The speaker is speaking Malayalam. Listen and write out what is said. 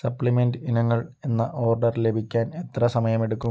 സപ്ലിമെൻറ് ഇനങ്ങൾ എന്ന ഓർഡർ ലഭിക്കാൻ എത്ര സമയമെടുക്കും